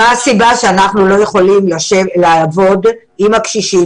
מה הסיבה שאנחנו לא יכולים לעבוד עם הקשישים